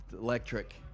Electric